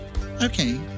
Okay